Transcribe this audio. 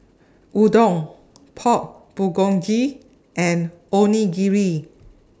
Udon Pork Bulgogi and Onigiri